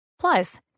Plus